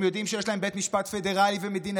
הם יודעים שיש להם בית משפט פדרלי ומדינתי,